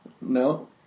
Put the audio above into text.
No